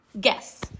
Guess